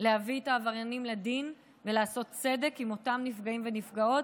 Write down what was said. להביא את העבריינים לדין ולעשות צדק עם אותם נפגעים ונפגעות,